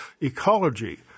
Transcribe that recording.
ecology